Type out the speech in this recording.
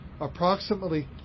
approximately